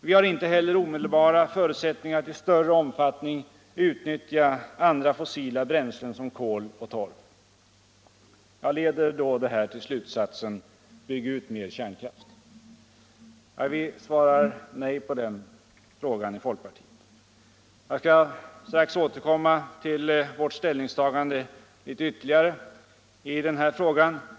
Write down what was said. Vi har inte heller omedelbara förutsättningar att i större omfattning utnyttja andra fossila bränslen såsom kol och torv. Leder då detta till slutsatsen att man skall bygga ut mer kärnkraft? Vi från folkpartiet svarar nej på den frågan. Jag skall strax återkomma till vårt ställningstagande i detta sammanhang.